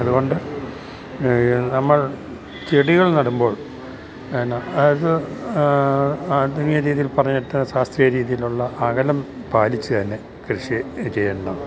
അതുകൊണ്ട് നമ്മൾ ചെടികൾ നടുമ്പോൾ ആധുനിക രീതിയിൽ പറഞ്ഞിട്ട് ശാസ്ത്രീയ രീതിയിലുള്ള അകലം പാലിച്ചുതന്നെ കൃഷി ചെയ്യേണ്ടതുണ്ട്